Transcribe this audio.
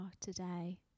today